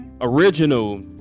original